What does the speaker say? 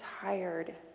tired